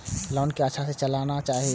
Loan के अच्छा से चलाना चाहि?